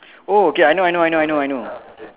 oh okay I know I know I know I know